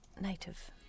Native